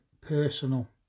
personal